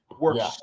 works